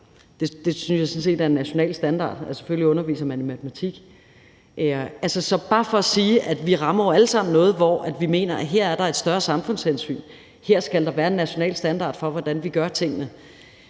det er en national standard, at man selvfølgelig underviser i matematik. Det er bare for at sige, at vi jo alle sammen rammer noget, hvor vi mener, at her er der et større samfundshensyn at tage, og at her skal der være en national standard for, hvordan vi gør tingene.